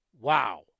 Wow